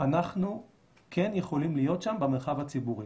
אנחנו כן יכולים להיות שם במרחב הציבורי.